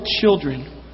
children